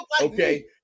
Okay